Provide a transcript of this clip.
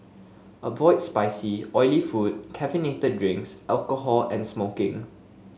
avoid spicy oily food caffeinated drinks alcohol and smoking